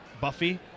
Buffy